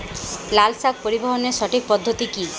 লালশাক পরিবহনের সঠিক পদ্ধতি কি?